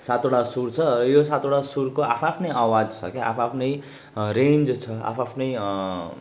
सातवटा सुर छ यो सातवटा सुरको आफआफ्नै आवाज छ के आफआफ्नै रेन्ज छ आफआफ्नै